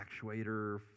actuator